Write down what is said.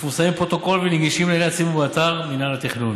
מפורסמים בפרוטוקול ונגישים לעיני הציבור באתר מינהל התכנון.